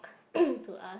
to us